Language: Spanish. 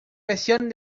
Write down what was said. versión